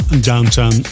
Downtown